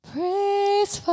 Praise